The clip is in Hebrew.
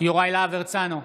יוראי להב הרצנו,